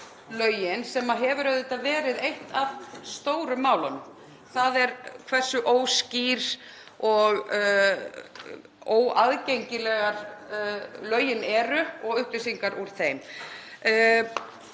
lögin sem hefur auðvitað verið eitt af stóru málunum, þ.e. hversu óskýr og óaðgengileg lögin eru og upplýsingar úr þeim.